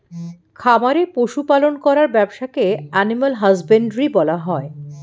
খামারে পশু পালন করার ব্যবসাকে অ্যানিমাল হাজবেন্ড্রী বলা হয়